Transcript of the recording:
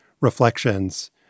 reflections